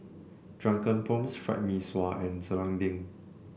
Drunken Prawns Fried Mee Sua and Serunding